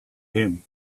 him